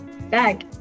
Back